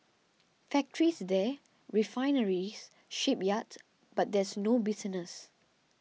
factories there refineries shipyards but there's no business